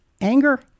Anger